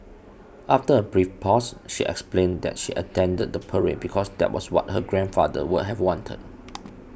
after a brief pause she explained that she attended the parade because that was what her grandfather would have wanted